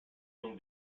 whom